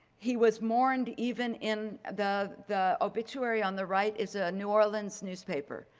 he was mourned even in the the obituary on the right is a new orleans newspaper.